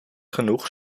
genoeg